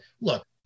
look